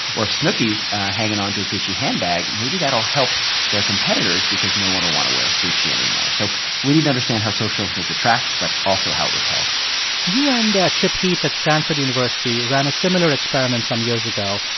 or if snooki's hanging onto a gucci handbag, maybe that'll help their competitors because no one will want to wear gucci anymore. so we need to understand how social influence attracts but also how it repels you and chip heath at stanford university ran a similar experiment some years ago,